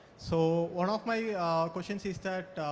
so one of my questions is that,